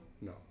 no